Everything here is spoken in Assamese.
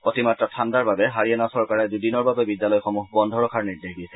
অতিমাত্ৰা ঠাণ্ডাৰ বাবে হাৰিয়ানা চৰকাৰে দুদিনৰ বাবে বিদ্যালয়সমূহ বন্ধ ৰখাৰ নিৰ্দেশ দিছে